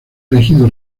elegido